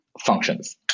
functions